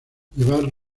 llevar